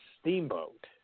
Steamboat